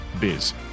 biz